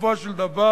שבסופו של דבר,